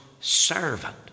servant